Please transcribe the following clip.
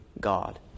God